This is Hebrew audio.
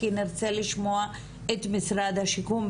כי נרצה לשמוע את משרד השיכון,